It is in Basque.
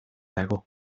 dago